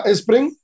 spring